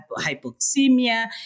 hypoxemia